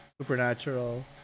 supernatural